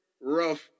rough